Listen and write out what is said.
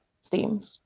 steam